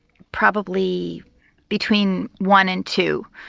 probably between one and two.